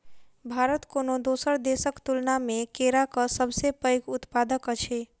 भारत कोनो दोसर देसक तुलना मे केराक सबसे पैघ उत्पादक अछि